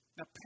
Now